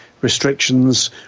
restrictions